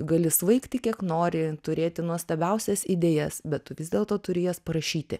gali svaigti kiek nori turėti nuostabiausias idėjas bet tu vis dėlto turi jas parašyti